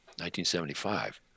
1975